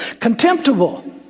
Contemptible